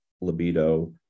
libido